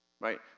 right